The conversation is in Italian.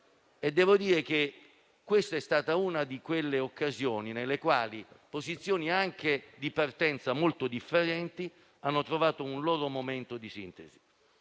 Devo dire che questa è stata una di quelle occasioni nelle quali anche posizioni di partenza molto differenti hanno trovato un loro momento di sintesi.